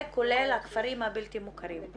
כולל הכפרים הבלתי מוכרים.